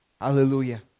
Hallelujah